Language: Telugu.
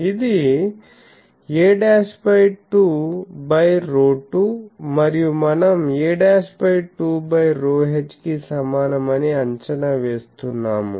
ఇది a2 ρ2 మరియు మనం a2 ρh కి సమానమని అంచనా వేస్తున్నాము